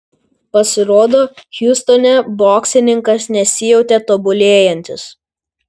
pasirodo hjustone boksininkas nesijautė tobulėjantis